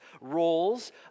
roles